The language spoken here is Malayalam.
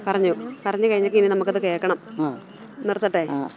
ആ ആ